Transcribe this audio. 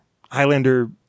Highlander